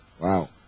Wow